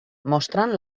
mostrant